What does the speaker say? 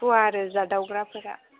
सुखुवा आरो जादावग्राफोरा